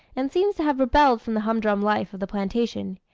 and seems to have rebelled from the humdrum life of the plantation.